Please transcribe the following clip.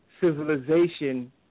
civilization